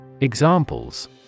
Examples